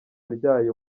ryayo